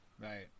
right